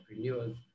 entrepreneurs